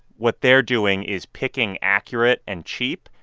what they're doing is picking accurate and cheap.